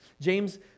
James